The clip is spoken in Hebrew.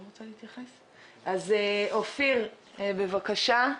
אופיר, בבקשה.